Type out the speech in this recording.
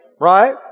right